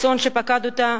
האסון שפקד אותה